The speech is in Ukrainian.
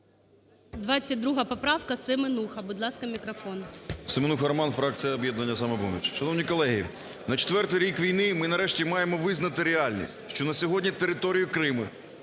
22 поправка, Семенуха. Будь ласка, мікрофон. 10:51:25 СЕМЕНУХА Р.С. Семенуха Роман, фракція "Об'єднання "Самопоміч". Шановні колеги, на четвертий ріку війни ми нарешті маємо визнати реальність, що на сьогодні територію Криму,